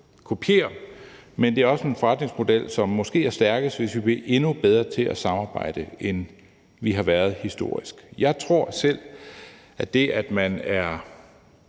kopiere. Men det er også en forretningsmodel, som måske er stærkest, hvis vi bliver endnu bedre til at samarbejde, end vi historisk har været. Jeg tror selv, at der med